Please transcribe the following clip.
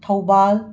Thoubal